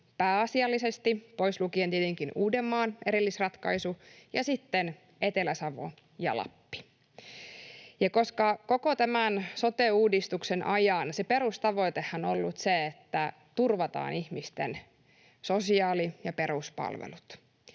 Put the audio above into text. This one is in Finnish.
pääasiallisesti, pois lukien tietenkin Uudenmaan erillisratkaisu ja sitten Etelä-Savo ja Lappi. Koko tämän sote-uudistuksen ajan se perustavoitehan on ollut se, että turvataan ihmisten sosiaali- ja peruspalvelut